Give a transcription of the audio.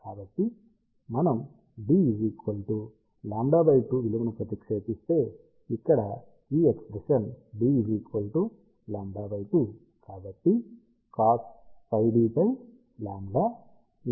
కాబట్టి మనం d λ2 విలువను ప్రతిక్షేపిస్తే ఇక్కడ ఈ ఎక్ష్ప్రెషన్ d λ2 కాబట్టి cos πd λ cosφ అవుతుంది